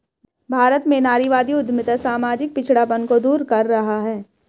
भारत में नारीवादी उद्यमिता सामाजिक पिछड़ापन को दूर कर रहा है